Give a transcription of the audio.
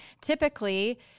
typically